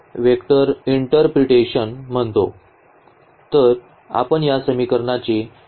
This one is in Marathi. तर आपण या समीकरणाची किंवा समीकरणाची प्रणाली या वेक्टर स्वरूपात पुन्हा लिहू शकतो